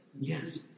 Yes